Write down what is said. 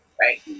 right